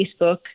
Facebook